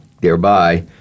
Thereby